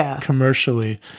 commercially